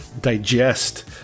digest